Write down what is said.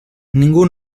ningú